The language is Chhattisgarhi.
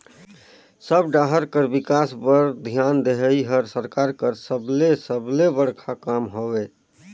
सब डाहर कर बिकास बर धियान देहई हर सरकार कर सबले सबले बड़खा काम हवे